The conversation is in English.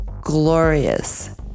glorious